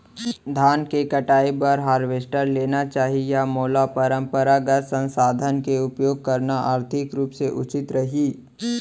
धान के कटाई बर हारवेस्टर लेना चाही या मोला परम्परागत संसाधन के उपयोग करना आर्थिक रूप से उचित रही?